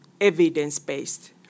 evidence-based